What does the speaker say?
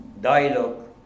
Dialogue